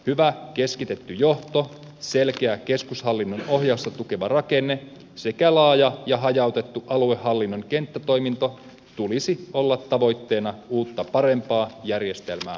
hyvä keskitetty johto selkeä keskushallinnon ohjausta tukeva rakenne sekä laaja ja hajautettu aluehallinnon kenttätoiminto tulisi olla tavoitteena uutta parempaa järjestelmää rakennettaessa